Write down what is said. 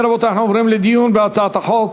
אם כן, רבותי, אנחנו עוברים לדיון בהצעת החוק.